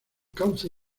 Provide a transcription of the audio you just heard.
cauce